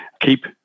keep